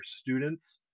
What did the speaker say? students